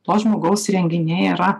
to žmogaus įrenginiai yra